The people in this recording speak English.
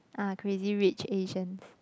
ah Crazy-Rich-Asians